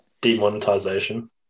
Demonetization